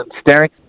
staring